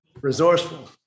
resourceful